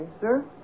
sir